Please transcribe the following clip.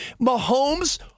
Mahomes